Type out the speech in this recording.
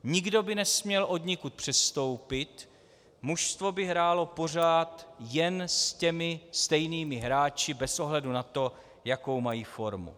Nikdo by nesměl odnikud přestoupit, mužstvo by hrálo pořád jen s těmi stejnými hráči bez ohledu na to, jakou mají formu.